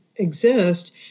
Exist